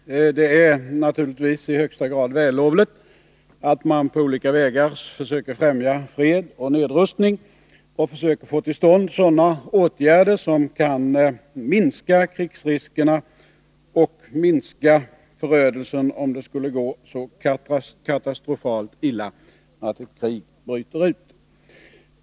Herr talman! Det är naturligtvis i högsta grad vällovligt att man på olika vägar försöker främja fred och nedrustning och försöker få till stånd sådana åtgärder som kan minska krigsriskerna och minska förödelsen om det skulle gå så katastrofalt illa att ett krig bryter ut.